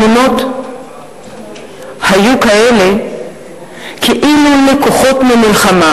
התמונות היו כאלה כאילו לקוחות ממלחמה,